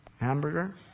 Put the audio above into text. hamburger